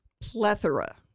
Plethora